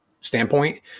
standpoint